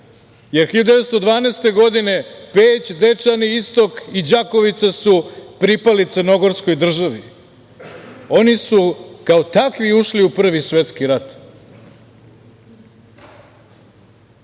jer 1912. godine Peć, Dečani, Istok i Đakovica su pripali crnogorskoj državi. Oni su kao takvi ušli u Prvi svetski rat.